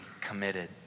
committed